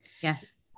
Yes